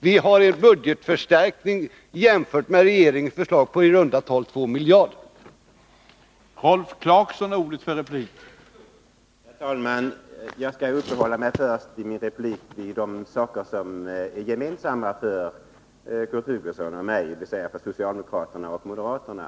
Vi har i förhållande till regeringens förslag anvisat en budgetförstärkning om i runt tal 2 miljarder kronor.